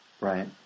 Right